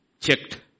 Checked